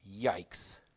Yikes